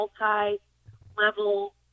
multi-level